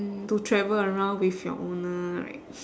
mm to travel around with your owner right